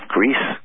Greece